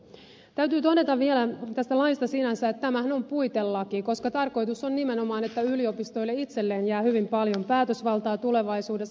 täytyy todeta vielä tästä laista sinänsä että tämähän on puitelaki koska tarkoitus on nimenomaan että yliopistoille itselleen jää hyvin paljon päätösvaltaa tulevaisuudessa